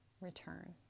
return